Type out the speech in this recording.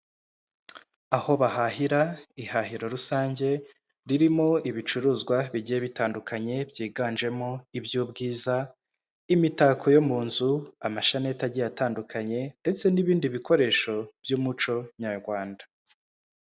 Aho bahahira ihahiro rusange ririmo ibicuruzwa bigiye bitandukanye byiganjemo iby'ubwiza, imitako yo mu nzu, amashanete agiye atandukanye ndetse n'ibindi bikoresho by'umuco nyarwanda.